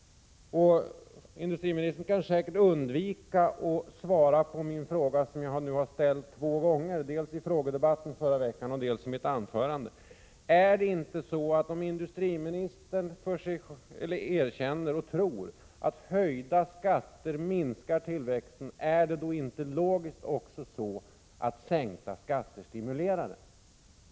Industriministern kommer säkert att undvika att svara på den fråga som jag nu har ställt två gånger, dels i frågedebatten förra veckan, dels i mitt anförande i dag: Om industriministern erkänner och tror att höjda skatter minskar tillväxten, är det då inte logiskt att sänkta skatter stimulerar den?